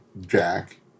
Jack